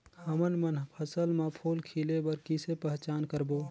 हमन मन फसल म फूल खिले बर किसे पहचान करबो?